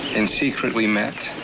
in secret we met.